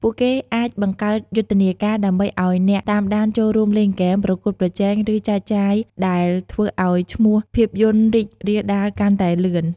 ពួកគេអាចបង្កើតយុទ្ធនាការដើម្បីឱ្យអ្នកតាមដានចូលរួមលេងហ្គេម ប្រកួតប្រជែង ឬចែកចាយ ដែលធ្វើឱ្យឈ្មោះភាពយន្តរីករាលដាលកាន់តែលឿន។